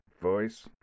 voice